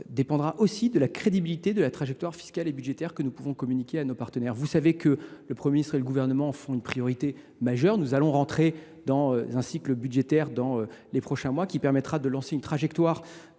dépendra aussi de la crédibilité de la trajectoire fiscale et budgétaire que nous communiquons à nos partenaires. Vous savez que le Premier ministre et le Gouvernement en font une priorité majeure. Nous allons entrer ces prochains mois dans un cycle budgétaire qui permettra de lancer une trajectoire